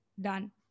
Done